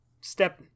step